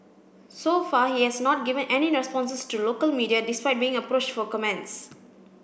so far he has not given any responses to local media despite being approached for comments